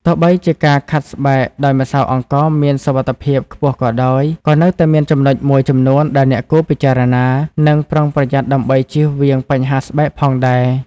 ទោះបីជាការខាត់ស្បែកដោយម្សៅអង្ករមានសុវត្ថិភាពខ្ពស់ក៏ដោយ ក៏នៅតែមានចំណុចមួយចំនួនដែលអ្នកគួរពិចារណា និងប្រុងប្រយ័ត្នដើម្បីជៀសវាងបញ្ហាស្បែកផងដែរ។